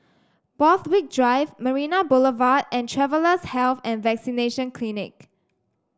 Borthwick Drive Marina Boulevard and Travellers' Health and Vaccination Clinic